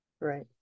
Right